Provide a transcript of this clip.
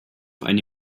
eine